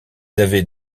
avaient